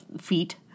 feet